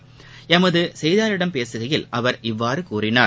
ளமது செய்தியாளரிடம் பேசுகையில் அவர் இவ்வாறு கூறினார்